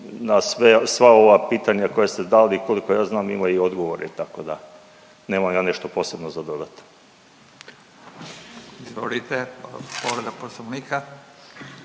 na sva ova pitanja koja ste dali koliko ja znam ima i odgovor tako da nemam ja nešto posebno za dodat. **Radin, Furio (Nezavisni)**